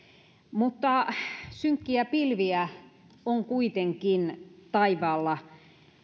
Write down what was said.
mutta synkkiä pilviä on kuitenkin taivaalla